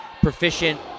proficient